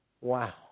Wow